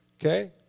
okay